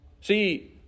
See